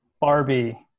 Barbie